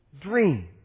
dream